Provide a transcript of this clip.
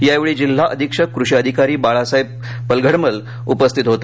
यावेळी जिल्हा अधीक्षक कृषी अधिकारी बाळासाहेब पलघडमल उपस्थित होते